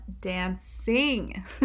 dancing